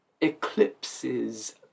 eclipses